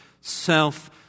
self